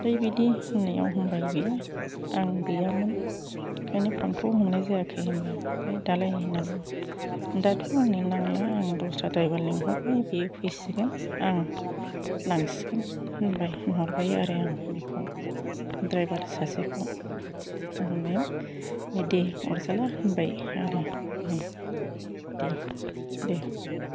ओमफ्राय बिदि होननायाव होनबाय बियो आं गैयामोन ओंखायनो फ'नखौ हमनाय जायाखै होनबाय ओमफ्राय दालाय होनना बुंबाय दाथ' आंनो नांला आं दस्राद्राइभार लिंहरबाय बियो फैसिगोन आं लांसिगोन होनबाय होनहरबाय आरो आं बिखौ द्राइभार सासेखौ बिदि होननायाव दे अरजाला होनबाय आरो बियो दे दे